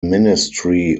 ministry